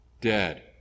dead